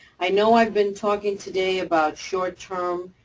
i know i've been talking today about short-term,